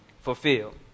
fulfilled